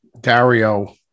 Dario